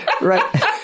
Right